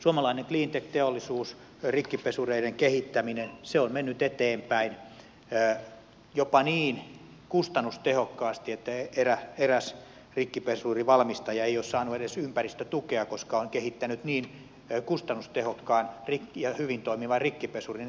suomalainen cleantech teollisuus ja rikkipesureiden kehittäminen on mennyt eteenpäin jopa niin kustannustehokkaasti että eräs rikkipesurivalmistaja ei ole saanut edes ympäristötukea koska on kehittänyt niin kustannustehokkaan ja hyvin toimivan rikkipesurin